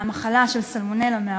במחלה של סלמונלה, מהעוף,